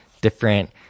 different